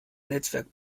netzwerk